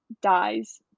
dies